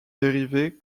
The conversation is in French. dérivés